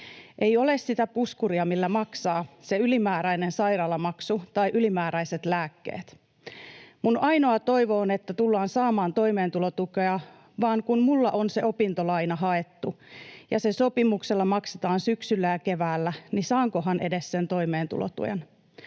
Ei ole sitä puskuria, millä maksaa se ylimääräinen sairaalamaksu tai ylimääräiset lääkkeet. Minun ainoa toivo on, että tullaan saamaan toimeentulotukea. Vaan kun minulla on se opintolaina haettu ja se sopimuksella maksetaan syksyllä ja keväällä, niin saankohan edes sen toimeentulotuen?